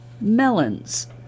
melons